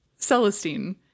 Celestine